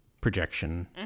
projection